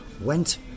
went